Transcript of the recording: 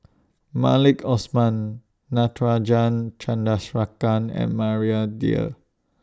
Maliki Osman Natarajan Chandrasekaran and Maria Dyer